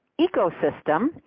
Ecosystem